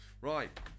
right